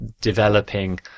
developing